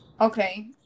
Okay